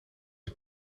een